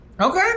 Okay